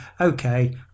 okay